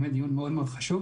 זה באמת דיון מאוד חשוב.